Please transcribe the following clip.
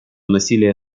насилие